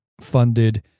funded